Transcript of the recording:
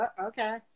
okay